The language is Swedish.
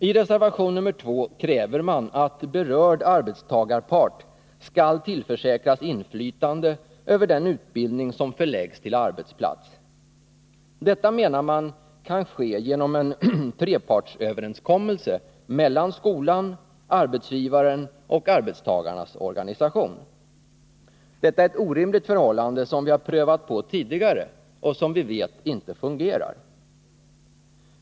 I reservation 2 krävs att berörd arbetstagarpart skall tillförsäkras inflytande över den utbildning som förläggs till arbetsplats. Detta, menar man, kan ske genom en trepartsöverenskommelse mellan skolan, arbetsgivaren och arbetstagarnas organisation. Detta är ett orimligt förhållande, som vi har prövat på tidigare och som vi vet inte fungerar.